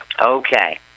okay